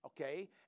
Okay